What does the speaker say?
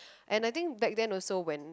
and I think back then also when